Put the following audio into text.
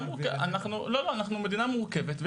אנחנו מדינה מורכבת.